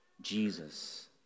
Jesus